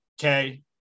okay